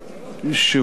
והוא לנו,